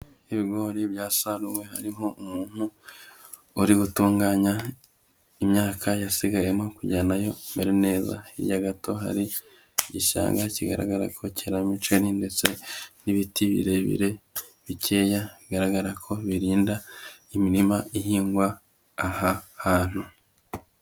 Ibigori byasanwe hariho umuntu uri gutunganya imyaka yasigayemo kugira ngo na yo imere neza, hirya gato hari igishanga ko cyeramo imiceri, ndetse n'ibiti birebire bikeya bigaragara ko birinda imirima ihingwa aha hantu.